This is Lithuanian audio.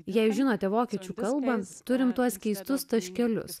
jei žinote vokiečių kalbas turime tuos keistus taškelius